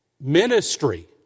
Ministry